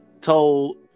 told